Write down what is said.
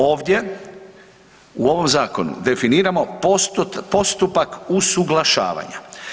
Ovdje u ovom zakonu definiramo postupak usuglašavanja.